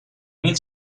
mil